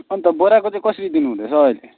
अन्त बोराको चाहिँ कसरी दिनु हुँदैछ अहिले